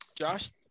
Josh